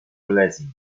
lessing